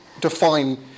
define